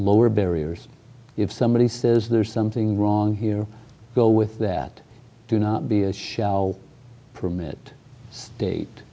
lower barriers if somebody says there's something wrong here go with that do not be a shower permit